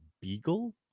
Beagle